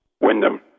Wyndham